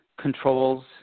controls